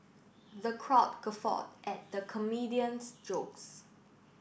the crowd guffawed at the comedian's jokes